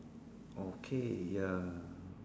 okay ya